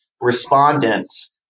respondents